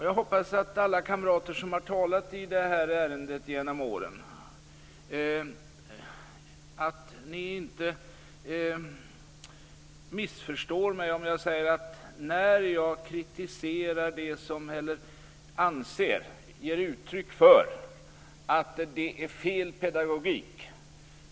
Jag hoppas att alla kamrater som har talat i ärendet genom åren inte missförstår mig om jag ger uttryck för att det är fel pedagogik.